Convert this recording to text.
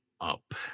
up